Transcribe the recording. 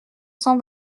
cent